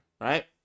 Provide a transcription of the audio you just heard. right